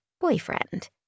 boyfriend